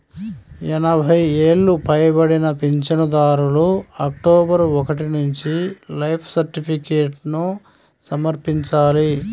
ఎనభై ఏళ్లు పైబడిన పింఛనుదారులు అక్టోబరు ఒకటి నుంచి లైఫ్ సర్టిఫికేట్ను సమర్పించాలి